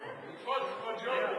לקפוץ כמו ג'ורדן.